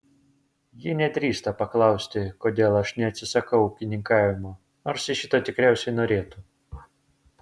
ji nedrįsta paklausti kodėl aš neatsisakau ūkininkavimo nors ji šito tikriausiai norėtų